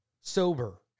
sober